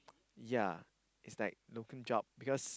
yea it's like job because